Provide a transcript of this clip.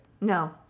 No